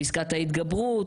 פסק ההתגברות,